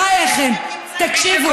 בחייכם, תקשיבו.